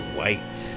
white